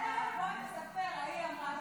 ההיא אמרה,